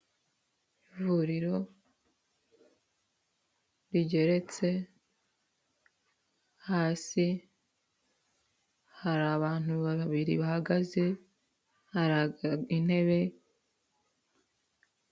Ivuriro rigeretse, hasi hari abantu babiri bahagaze, hari intebe.